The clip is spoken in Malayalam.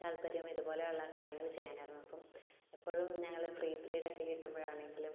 താല്പര്യം ഇതുപോലെ ഉള്ള കാര്യങ്ങൾ ചെയ്യാനായിരുന്നു അപ്പം എപ്പോഴും ഞങ്ങൾ ഫ്രീ പിരീഡ് ഒക്കെ കിട്ടുമ്പോഴാണെങ്കിലും